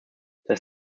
das